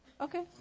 Okay